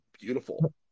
beautiful